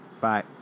Bye